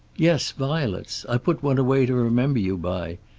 yes, violets. i put one away to remember you by.